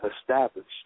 established